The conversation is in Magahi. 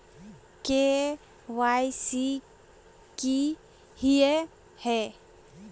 के.वाई.सी की हिये है?